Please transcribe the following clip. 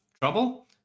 Trouble